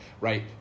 right